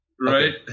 Right